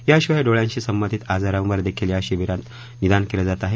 याशिवाय डोळयांशी संबंधीत आजारांवर देखील या शिबीरांत निदान केलं जात आहे